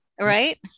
Right